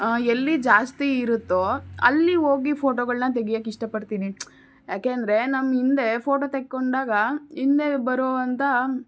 ಎಲ್ಲಿ ಜಾಸ್ತಿ ಇರುತ್ತೋ ಅಲ್ಲಿ ಹೋಗಿ ಫೋಟೋಗಳನ್ನ ತೆಗಿಯಕ್ಕೆ ಇಷ್ಟಪಡ್ತೀನಿ ಯಾಕೆ ಅಂದರೆ ನಮ್ಮ ಹಿಂದೆ ಫೋಟೊ ತೆಕ್ಕೊಂಡಾಗ ಹಿಂದೆ ಬರುವಂಥ